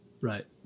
Right